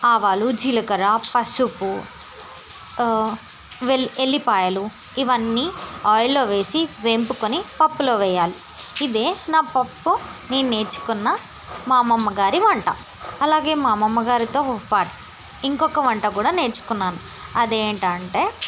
ఆవాలు జీలకర్ర పసుపు ఎల్లిపాయలు ఇవన్నీ ఆయిల్లో వేసి వేపుకుని పప్పులో వేయాలి ఇదే నా పప్పు నేను నేర్చుకున్న మా అమ్మమ్మగారి వంట అలాగే మా అమ్మమ్మ గారితో పాటు ఇంకొక వంట కూడా నేర్చుకున్నాను అదేంటంటే